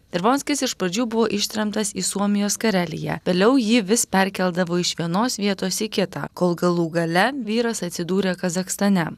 dirvonskis iš pradžių buvo ištremtas į suomijos kareliją vėliau jį vis perkeldavo iš vienos vietos į kitą kol galų gale vyras atsidūrė kazachstane